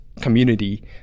community